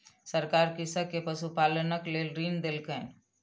सरकार कृषक के पशुपालनक लेल ऋण देलकैन